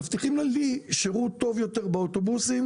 מבטיחים לי שירות טוב יותר באוטובוסים.